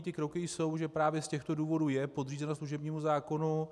Ty kroky jsou, že právě z těchto důvodů je podřízenost služebnímu zákonu.